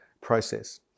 process